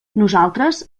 nosaltres